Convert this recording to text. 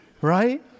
Right